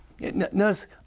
Notice